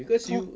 !huh!